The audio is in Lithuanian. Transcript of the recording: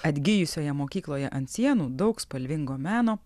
atgijusioje mokykloje ant sienų daug spalvingo meno